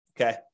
Okay